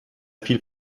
viel